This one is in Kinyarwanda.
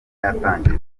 yatangira